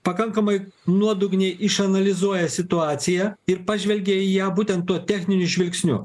pakankamai nuodugniai išanalizuoja situaciją ir pažvelgia į ją būtent tuo techniniu žvilgsniu